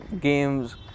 games